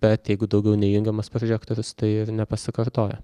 bet jeigu daugiau nejungiamas prožektorius tai ir nepasikartoja